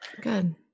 Good